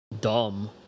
dumb